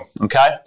okay